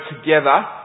together